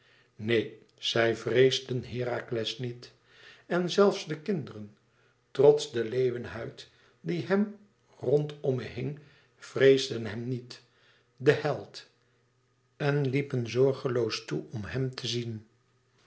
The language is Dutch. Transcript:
neen zij vreesden herakles niet en zelfs de kinderen trots den leeuwenhuid die hem rondomme hing vreesden hem niet den held en liepen zorgeloos toe om hem te zien